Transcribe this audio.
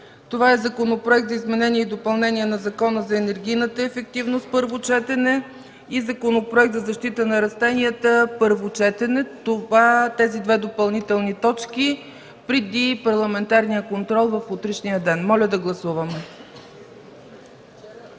на Законопроект за изменение и допълнение на Закона за енергийната ефективност и първо четене на Законопроекта за защита на растенията. Това са две допълнителни точки преди парламентарния контрол в утрешния ден. Моля да гласуваме.